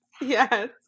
Yes